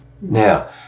now